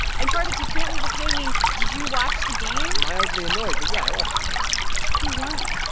and, cardiff, you can't leave us hanging. did you watch the game? mildly annoyed, but yeah, i watched the game who won?